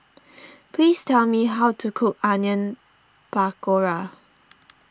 please tell me how to cook Onion Pakora